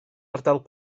ardal